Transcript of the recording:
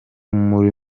muri